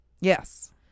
Yes